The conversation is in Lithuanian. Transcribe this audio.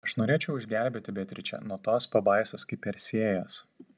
aš norėčiau išgelbėti beatričę nuo tos pabaisos kaip persėjas